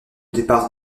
départ